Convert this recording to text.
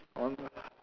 one